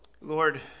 Lord